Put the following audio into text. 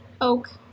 Oak